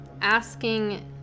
asking